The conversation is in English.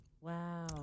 Wow